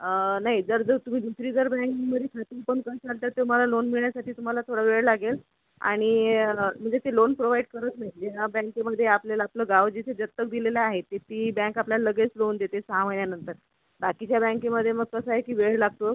नाही जर जर तुम्ही दुसरी जर बँक बघितलंत ती पण पण सांगत्यात तुम्हाला लोन मिळायसाठी तुम्हाला थोडा वेळ लागेल आणि म्हणजे ते लोन प्रोवाइड करत नाही ते या बँकेमध्ये आपल्याला आपलं गाव जिथे दत्तक दिलेलं आहे ते ती बँक आपल्याला लगेच लोन देते सहा महिन्यानंतर बाकीच्या बँकेमध्ये मग कसं आहे की वेळ लागतो